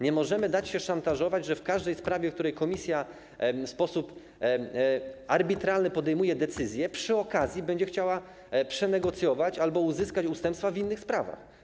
Nie możemy dać się szantażować, że w każdej sprawie, w której Komisja w sposób arbitralny podejmuje decyzję, przy okazji będzie chciała przenegocjować albo uzyskać ustępstwa w innych sprawach.